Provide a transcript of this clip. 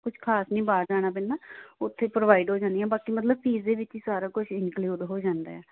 ਕੁਛ ਖਾਸ ਨਹੀਂ ਬਾਹਰ ਜਾਣਾ ਪੈਂਦਾ ਉੱਥੇ ਪ੍ਰੋਵਾਈਡ ਹੋ ਜਾਂਦੀਆਂ ਬਾਕੀ ਮਤਲਬ ਫੀਸ ਦੇ ਵਿੱਚ ਹੀ ਸਾਰਾ ਕੁਛ ਇੰਕਲੂਡ ਹੋ ਜਾਂਦਾ ਆ